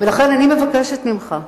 לכן, אני מבקשת ממך,